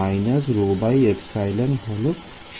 − ρε হল সঠিক উত্তর